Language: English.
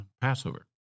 Passover